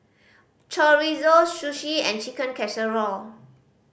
Chorizo Sushi and Chicken Casserole